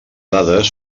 dades